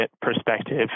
perspective